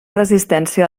resistència